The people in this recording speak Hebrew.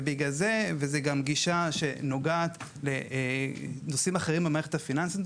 וזו גישה שנוגעת גם לנושאים אחרים במערכת הפיננסית.